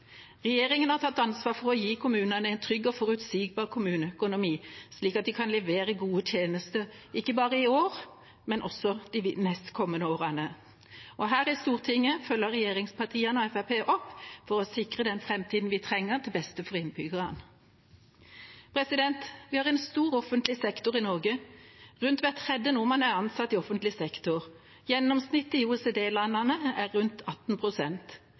har tatt ansvar for å gi kommunene en trygg og forutsigbar kommuneøkonomi, slik at de kan levere gode tjenester ikke bare i år, men også de kommende årene. Her i Stortinget følger regjeringspartiene og Fremskrittspartiet opp for å sikre den framtida vi trenger, til beste for innbyggerne. Vi har en stor offentlig sektor i Norge. Rundt hver tredje nordmann er ansatt i offentlig sektor. Gjennomsnittet i OECD-landene er rundt